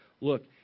Look